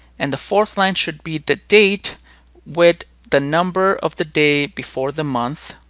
and the fourth line should be the date with the number of the day before the month.